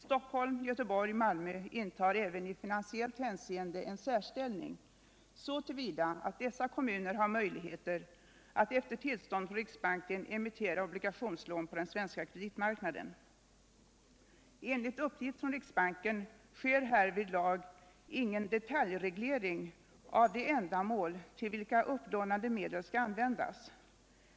Stockholm, Göteborg och Malmö intar även i finansiellt hänseende en särställning så till vida att dessa kommuner har möjlighet att efter tillstånd från riksbanken emittera obligationslån på den svenska kreditmarknaden. Enligt uppgift från riksbanken sker härvidlag ingen detaljreglering av de ändamål till vilka upplånade medel skall användas.